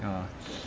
ya